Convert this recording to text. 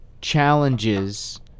challenges